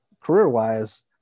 Career-wise